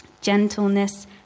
gentleness